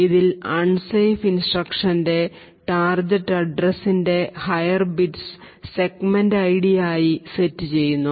ഇതിൽ unsafe instruction ൻറെ target അഡ്രസിൻറെ ഹയർ ബീറ്റ്സ് സെഗ്മെൻറ് ഐഡി ആയി സെറ്റ് ചെയ്യുന്നു